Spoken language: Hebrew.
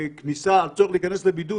כאן, 3,000 חולים שנכנסו באיכונים